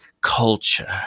culture